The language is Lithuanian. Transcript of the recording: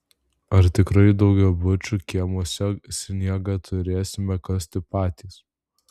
ar tikrai daugiabučių kiemuose sniegą turėsime kasti patys